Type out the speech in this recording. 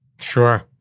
Sure